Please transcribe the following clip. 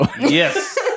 Yes